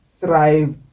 thrive